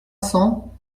cents